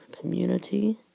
Community